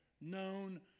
known